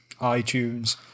iTunes